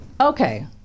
Okay